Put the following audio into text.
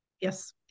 Yes